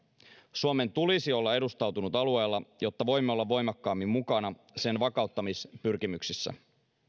suomen tulisi olla edustautunut alueella jotta voimme olla voimakkaammin mukana sen vakauttamispyrkimyksissä